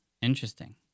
Interesting